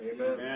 Amen